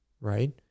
right